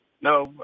No